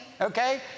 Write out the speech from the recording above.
okay